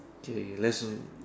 K let's not